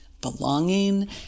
belonging